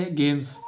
games